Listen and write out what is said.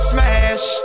Smash